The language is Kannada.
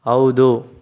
ಹೌದು